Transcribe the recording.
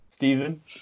Stephen